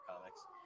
comics